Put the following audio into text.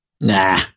Nah